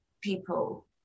people